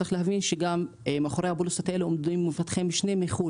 צריך להבין שגם מאחורי הפוליסות האלה עומדים מפתחי משנה מחו"ל,